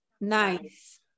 nice